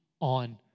on